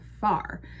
far